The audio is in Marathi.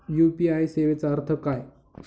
यू.पी.आय सेवेचा अर्थ काय?